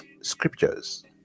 scriptures